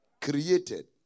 created